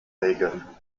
regeln